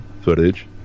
footage